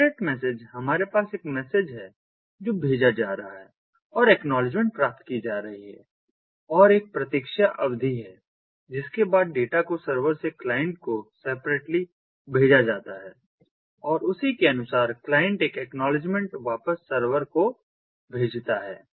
separate message हमारे पास एक मैसेज है जो भेजा जा रहा है और एक्नॉलेजमेंट प्राप्त की जा रही है और एक प्रतीक्षा अवधि है जिसके बाद डेटा को सर्वर से क्लाइंट को सेपरेटली भेजा जाता है और उसी के अनुसार क्लाइंट एक एक्नॉलेजमेंट वापस सर्वर को भेजता है